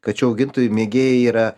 kačių augintojų mėgėjai yra